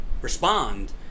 respond